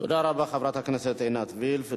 תודה רבה, חברת הכנסת עינת וילף.